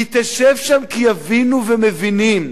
היא תשב שם כי יבינו ומבינים,